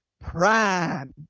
prime